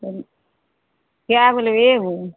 कै गो लेबै एगो